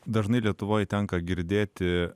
dažnai lietuvoj tenka girdėti